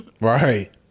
right